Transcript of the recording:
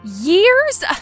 Years